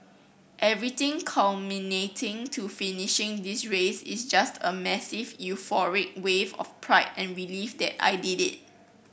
everything culminating to finishing this race is just a massive euphoric wave of pride and relief that I did it